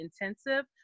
intensive